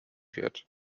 wird